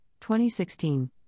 2016